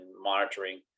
monitoring